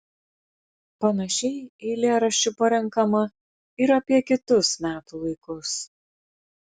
panašiai eilėraščių parenkama ir apie kitus metų laikus